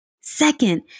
Second